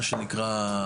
מה שנקרא,